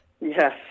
Yes